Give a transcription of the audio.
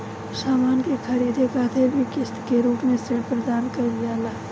सामान के ख़रीदे खातिर भी किस्त के रूप में ऋण प्रदान कईल जाता